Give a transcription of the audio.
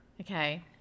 okay